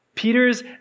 Peter's